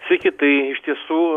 sveiki tai iš tiesų